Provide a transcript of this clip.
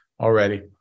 already